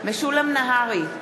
משולם נהרי,